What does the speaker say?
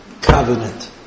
covenant